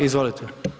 Izvolite.